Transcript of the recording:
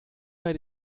bei